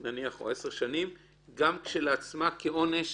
-- גם כשלעצמה כעונש.